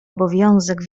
obowiązek